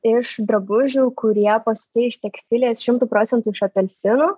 iš drabužių kurie pasiūti iš tekstilės šimtu procentų iš apelsinų